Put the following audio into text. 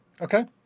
Okay